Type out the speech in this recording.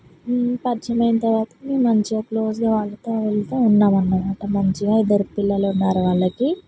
పరిచయం అయిన తర్వాత మేము మంచిగా క్లోజ్గా వాళ్ళతో వెళ్తూ ఉన్నాం అనమాట మంచిగా ఇద్దరు పిల్లలున్నారు వాళ్ళకి